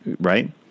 Right